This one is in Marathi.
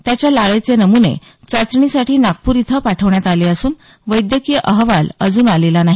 त्याच्या लाळेचे नम्ने चाचणीसाठी नागपूर इथं पाठवण्यात आले असून वैद्यकीय अहवाल अजून आलेला नाही